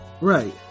Right